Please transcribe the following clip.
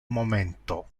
momento